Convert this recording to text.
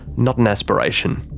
not an aspiration.